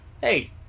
hey